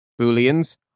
booleans